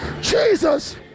Jesus